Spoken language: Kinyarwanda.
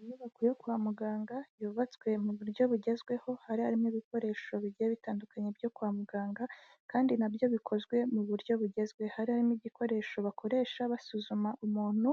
Inyubako yo kwa muganga yubatswe mu buryo bugezweho hari harimo ibikoresho bigiye bitandukanye byo kwa muganga, kandi nabyo bikozwe mu buryo bugezwe hari harimo igikoresho bakoresha basuzuma umuntu